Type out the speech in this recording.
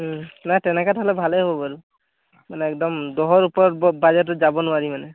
নাই তেনেকে থ'লে ভালেই হ'ব বাৰু মানে একদম দহৰ ওপৰত বাজেটত যাব নোৱাৰি মানে